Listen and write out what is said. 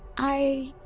i.